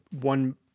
one